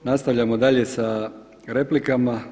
Nastavljamo dalje sa replikama.